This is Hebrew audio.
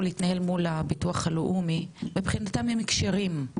להתנהל מול הביטוח הלאומי מבחינתם הם כשרים,